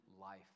life